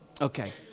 Okay